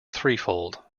threefold